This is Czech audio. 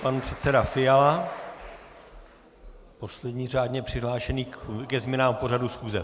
Pan předseda Fiala, poslední řádně přihlášený ke změnám v pořadu schůze.